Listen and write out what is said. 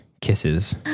kisses